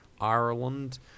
Ireland